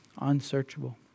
unsearchable